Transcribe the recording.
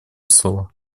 слово